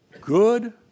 Good